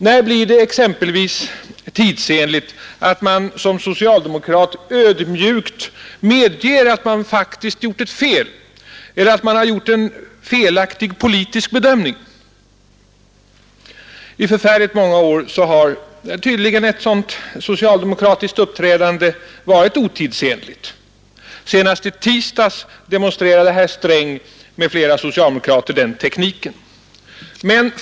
När blir det exempelvis tidsenligt att man som socialdemokrat ödmjukt medger att man faktiskt gjort en felaktig politisk bedömning? I förfärligt många år har tydligen ett sådant socialdemokratiskt uppträdande varit otidsenligt. Senast i tisdags demonstrerade herr Sträng m.fl. socialdemokrater den tekniken.